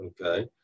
okay